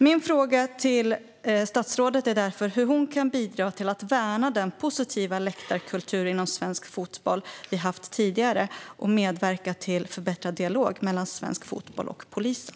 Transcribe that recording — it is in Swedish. Min fråga till statsrådet är därför hur hon kan bidra till att värna den positiva läktarkultur inom svensk fotboll som vi haft tidigare och medverka till förbättrad dialog mellan svensk fotboll och polisen.